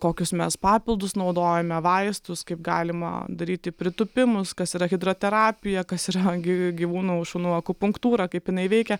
kokius mes papildus naudojame vaistus kaip galima daryti pritūpimus kas yra hidroterapija kas yra gi gyvūnų šunų akupunktūra kaip jinai veikia